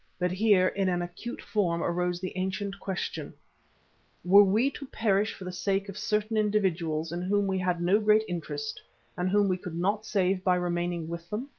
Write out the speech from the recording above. but here, in an acute form, arose the ancient question were we to perish for the sake of certain individuals in whom we had no great interest and whom we could not save by remaining with them?